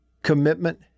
Commitment